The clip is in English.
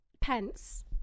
Pence